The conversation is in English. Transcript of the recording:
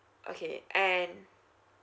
okay and